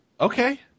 Okay